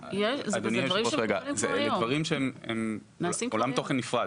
אלה דברים שנעשים כבר היום.